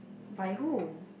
by who